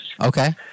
Okay